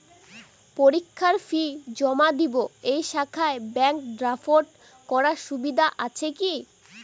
পরীক্ষার ফি জমা দিব এই শাখায় ব্যাংক ড্রাফট করার সুবিধা আছে কি?